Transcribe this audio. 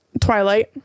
twilight